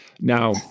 Now